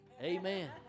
Amen